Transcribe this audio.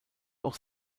auch